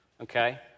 okay